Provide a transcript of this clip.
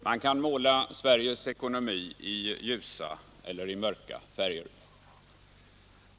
Herr talman! Man kan måla Sveriges ekonomi i ljusa eller i mörka färger.